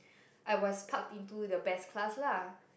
I was parked in to the best class lah